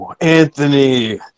Anthony